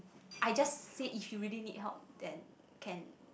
I just say if you really need help then can